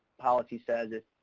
policy says if,